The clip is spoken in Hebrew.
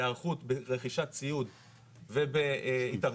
בהערכות וברכישת ציוד ובהתארגנות,